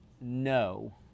no